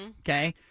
okay